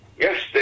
Yes